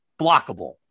blockable